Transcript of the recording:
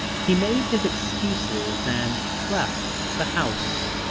he made his excuses and left the house.